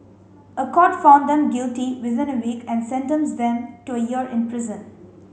a court found them guilty within a week and sentenced them to a year in prison